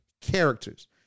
characters